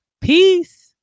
Peace